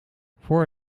voor